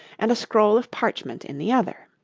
and a scroll of parchment in the other.